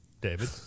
David